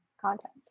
content